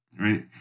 Right